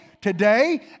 today